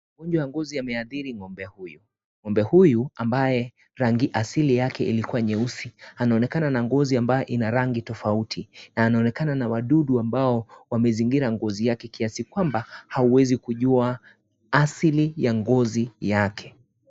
Ugonjwa ya ngozi yameathiri ng'ombe huyu. Ng'ombe huyu ambaye rangi asili yake ilikuwa nyeusi. Anaonekana na ngozi ambaye ina rangi tofauti na anaonekana na wadudu ambao wamezingira ngozi yake kiasi kwamba hawezi kujua asili ya ngozi yake.